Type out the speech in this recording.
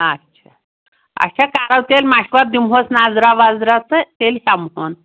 آچھا اَچھا کَرو تیٚلہِ مَشوَر دِموس نظرا وَظرا تہٕ تیٚلہِ ہٮ۪مہٕ ہون